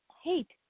hate